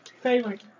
favorite